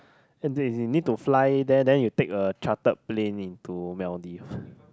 and then it is need to fly there and then you take a charter plane into Maldives